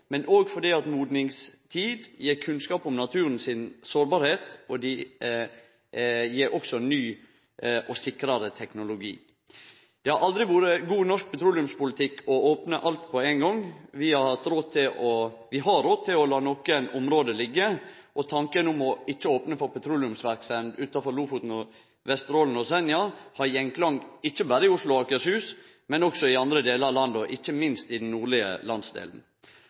og fordi modningstid gjev kunnskap om naturen si sårbarheit og også gjev ny og sikrare teknologi. Det har aldri vore god norsk petroleumspolitikk å opne alt på ein gong – vi har råd til å la nokre område liggje. Tanken om ikkje å opne for petroleumsverksemd utanfor Lofoten, Vesterålen og Senja har gjenklang ikkje berre i Oslo og Akershus, men også i andre delar av landet – ikkje minst i den nordlege landsdelen.